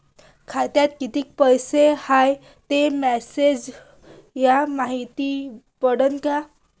खात्यात किती पैसा हाय ते मेसेज न मायती पडन का?